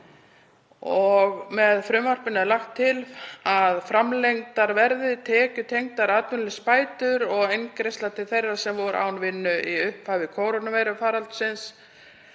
Með frumvarpinu er lagt til að framlengdar verði tekjutengdar atvinnuleysisbætur og eingreiðsla til þeirra sem voru án atvinnu í upphafi kórónuveirufaraldurs